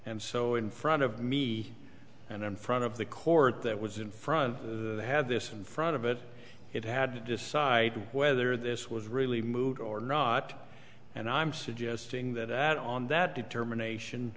and so in front of me and in front of the court that was in front had this in front of it it had to decide whether this was really moved or not and i'm suggesting that that on that determination